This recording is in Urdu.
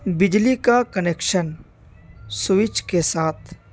بجلی کا کنیکشن سوئچ کے ساتھ